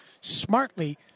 Smartly